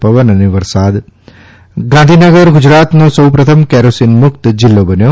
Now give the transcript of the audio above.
પવન અને વરસાદ ગાંધીનગર ગુજરાતનો સૌપ્રથમ કેરોસિન મુક્ત જિલ્લો બન્યો